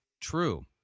true